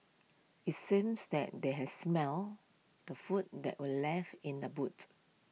IT seems that they had smelt the food that were left in the boots